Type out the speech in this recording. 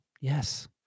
Yes